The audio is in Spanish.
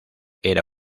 era